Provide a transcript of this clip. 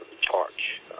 charge